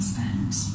spend